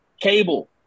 Cable